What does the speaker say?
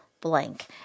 blank